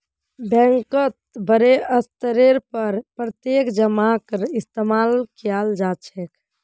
बैंकत बडे स्तरेर पर प्रत्यक्ष जमाक इस्तेमाल कियाल जा छे